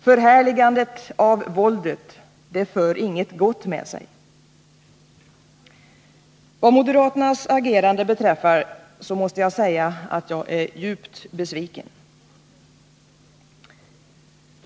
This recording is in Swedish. Förhärligandet av våldet för inget gott med sig. Vad moderaternas agerande beträffar måste jag säga att jag är djupt besviken.